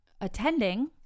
attending